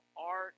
art